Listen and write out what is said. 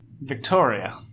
Victoria